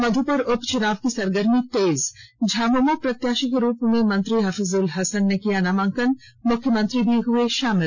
मध्यपुर उपचुनाव की सरगर्मी तेज झामुमो प्रत्याशी के रूप में मंत्री हफीजुल हसन ने किया नामांकन मुख्यमंत्री भी हुए शामिल